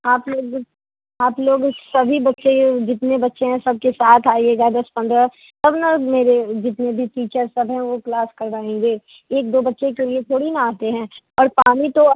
आप लोग आप लोग सभी बच्चे ये जितने बच्चे हैं सबके साथ आइएगा दस पंद्रह तब न मेरे जीतने भी टीचर्स सब हैं वो क्लास करवाएंगे एक दो बच्चे के लिए थोड़ी ही न आते हैं और पानी तो